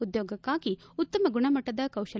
ಉದ್ಯೋಗಕ್ಕಾಗಿ ಉತ್ತಮ ಗುಣಮಟ್ಟದ ಕೌಶಲ್ಲ